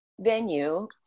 venue